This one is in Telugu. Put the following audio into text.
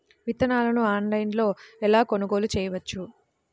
విత్తనాలను ఆన్లైనులో ఎలా కొనుగోలు చేయవచ్చు?